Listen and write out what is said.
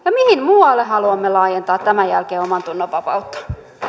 mihin muualle haluamme laajentaa tämän jälkeen omantunnonvapautta